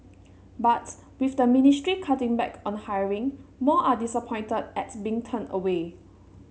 but with the ministry cutting back on hiring more are disappointed at being turned away